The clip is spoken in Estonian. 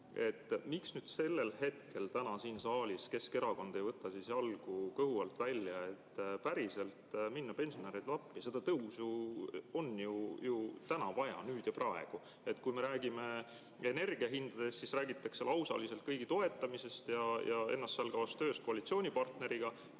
Miks nüüd sellel hetkel, täna siin saalis Keskerakond ei võta jalgu kõhu alt välja, et päriselt minna pensionäridele appi? Seda tõusu on ju täna vaja, nüüd ja praegu. Kui me räägime energiahindadest, siis räägitakse lausaliselt kõigi toetamisest ja ennastsalgavast tööst koalitsioonipartneriga,